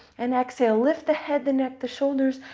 and exhale. lift the head, the neck, the shoulders,